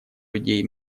людей